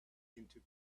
into